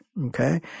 okay